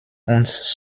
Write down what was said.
uns